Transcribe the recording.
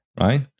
right